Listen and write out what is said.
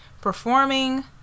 Performing